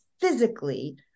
physically